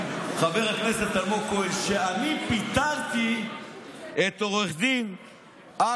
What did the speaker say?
חבר הכנסת אלמוג כהן, שאני פיטרתי את עו"ד אווקה.